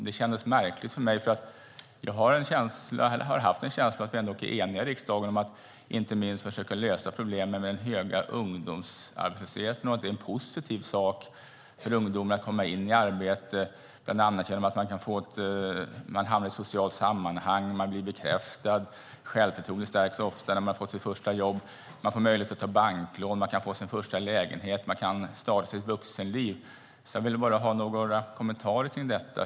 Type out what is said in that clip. Det kändes märkligt för mig, för jag har haft en känsla av att vi är eniga i riksdagen om att inte minst försöka lösa problemen med den höga ungdomsarbetslösheten och om att det är en positiv sak för ungdomar att komma in i arbete. Man hamnar i ett socialt sammanhang. Man blir bekräftad. Självförtroendet stärks ofta när man har fått sitt första jobb. Man får möjlighet att ta banklån. Man kan få sin första lägenhet. Man kan starta sitt vuxenliv. Jag vill bara ha några kommentarer kring detta.